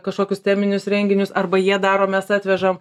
kažkokius teminius renginius arba jie daro mes atvežam